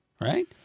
Right